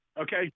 Okay